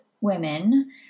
women